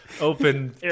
open